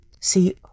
See